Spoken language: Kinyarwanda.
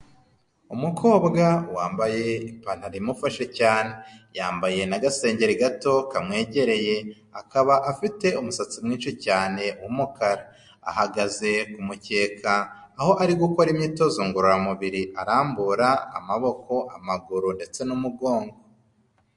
Umukobwa wambaye ipantaro imufashe cyane, yambaye n'agasengeri gato kamwegereye akaba afite umusatsi mwinshi cyane w'umukara, ahagaze ku mukeka aho ari gukora imyitozo ngororamubiri arambura amaboko, amaguru ndetse n'umugongo.